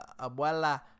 abuela